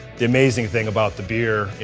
the amazing thing about the beer, you